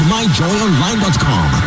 MyJoyOnline.com